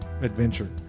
adventure